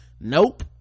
nope